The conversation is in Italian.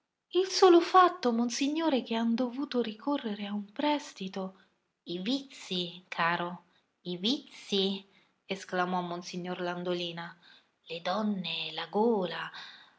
il solo fatto monsignore che han dovuto ricorrere a un prestito i vizii caro i vizii esclamò monsignor landolina le donne la gola